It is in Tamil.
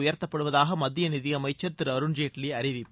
உயர்த்தப்படுவதாக மத்திய நிதியமைச்சர் திரு அருண்ஜேட்லி அறிவிப்பு